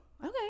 okay